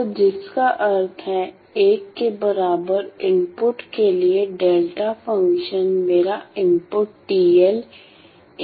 तो जिसका अर्थ है 1 के बराबर इनपुट के लिए डेल्टा फ़ंक्शन मेरा इनपुट इंगित करता है